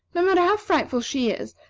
no matter how frightful she is,